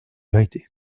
vérité